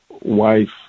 wife